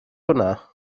hwnna